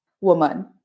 woman